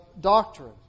doctrine